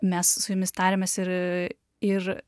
mes su jumis tarėmės ir ir